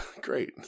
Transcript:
great